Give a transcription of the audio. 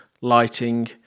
lighting